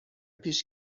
پیش